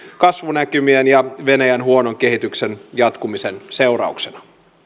kasvunäkymien ja venäjän huonon kehityksen jatkumisen seurauksena